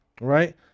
Right